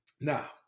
Now